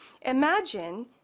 imagine